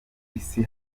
isi